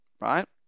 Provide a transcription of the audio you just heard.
right